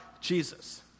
Jesus